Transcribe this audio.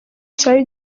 cyari